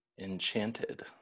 Enchanted